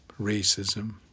racism